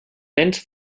vents